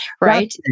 right